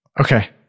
okay